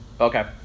Okay